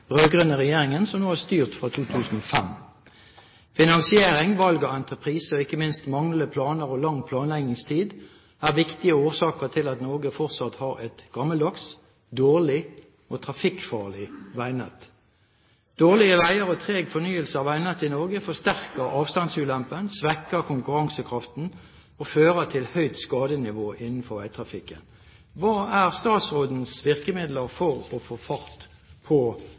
den rød-grønne regjeringen som nå har styrt fra 2005. Finansiering, valg av entreprise og ikke minst manglende planer og lang planleggingstid er viktige årsaker til at Norge fortsatt har et gammeldags, dårlig og trafikkfarlig veinett. Dårlige veier og treg fornyelse av veinettet i Norge forsterker avstandsulempen, svekker konkurransekraften og fører til høyt skadenivå innenfor veitrafikken. Hva er statsrådens virkemidler for å få fart på